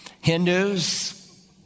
Hindus